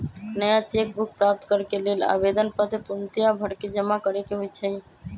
नया cheque book प्राप्त करेके लेल आवेदन पत्र पूर्णतया भरके जमा करेके होइ छइ